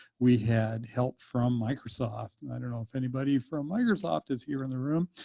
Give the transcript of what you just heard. we had help from microsoft. and i don't know if anybody from microsoft is here in the room,